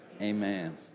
Amen